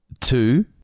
Two